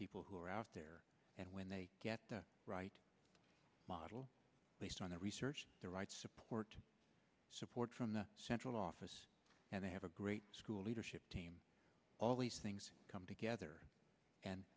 people who are out there and when they get the right model based on the research the right support support from the central office and they have a great school leadership team all these things come together